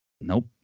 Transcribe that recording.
Nope